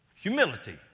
Humility